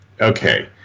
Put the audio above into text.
okay